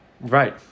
Right